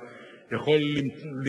היושב-ראש,